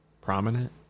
prominent